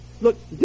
Look